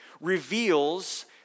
reveals